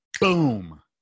boom